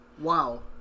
Wow